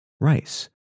rice